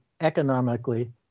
economically